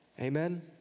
Amen